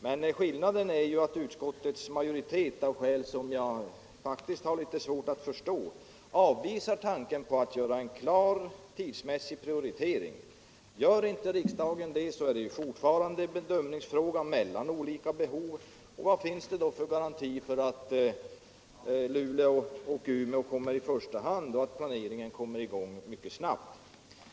Men skillnaden är ju att utskottets majoritet — av skäl som jag faktiskt har litet svårt att förstå — avvisar tanken på att göra en klar tidsmässig prioritering. Gör inte riksdagen en sådan, så blir det fortfarande fråga om en avvägning mellan olika behov. Vad finns det då för garanti för att Luleå och Umeå kommer i första hand och att planeringen kommer i gång mycket snabbt?